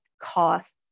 cost